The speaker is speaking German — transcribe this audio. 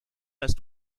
ist